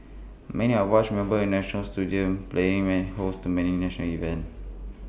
many of watch remember national stadium playing and host to many national events